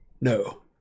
No